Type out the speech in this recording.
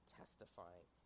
testifying